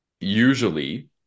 usually